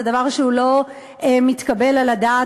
זה דבר שהוא לא מתקבל על הדעת,